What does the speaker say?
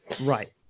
Right